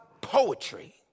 poetry